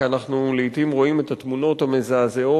כי אנחנו לעתים רואים את התמונות המזעזעות,